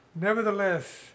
Nevertheless